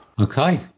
Okay